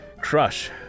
crush